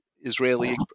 Israeli